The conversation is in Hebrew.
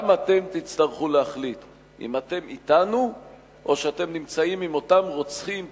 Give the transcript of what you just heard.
גם אתם תצטרכו להחליט אם אתם אתנו או שאתם נמצאים עם אותם רוצחים,